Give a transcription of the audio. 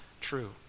true